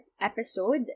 episode